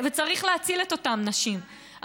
וצריך להציל את אותן נשים,